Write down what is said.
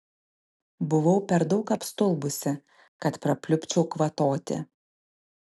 buvau per daug apstulbusi kad prapliupčiau kvatoti